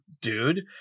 dude